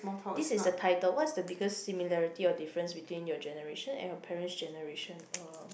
this is the title what is the biggest similarity or difference between your generation and your parents generation uh